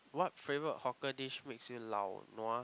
what favorite hawker dish makes you lao nua